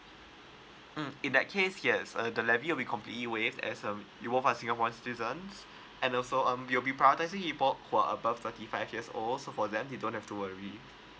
mm in that case yes uh the lavie will be completely waive as um you both one singaporean citizens and also um you'll be who are above forty five years old so for them you don't have to worry